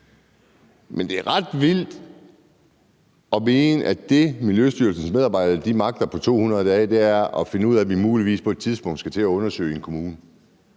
Men det er ret vildt at mene, at det, Miljøstyrelsens medarbejdere magter på 200 dage, er at finde ud af, at man muligvis på et tidspunkt skal til at undersøge en kommune.